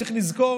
וצריך לזכור